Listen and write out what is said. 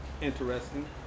interesting